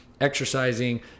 exercising